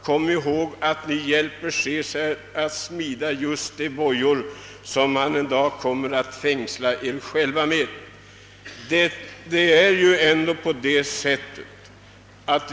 Kom ihåg att ni hjälper Caesar att smida just de bojor som han en dag kommer att fängsla er själva med.